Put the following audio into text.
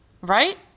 Right